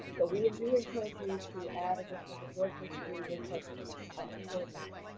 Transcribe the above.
but we and do encourage you to add additional resources through your herc coordinators.